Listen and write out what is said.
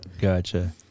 Gotcha